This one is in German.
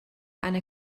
eine